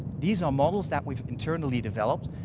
these are models that we've internally developed,